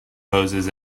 proposes